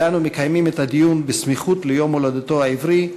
ואנו מקיימים את הדיון בסמיכות ליום הולדתו העברי,